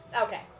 Okay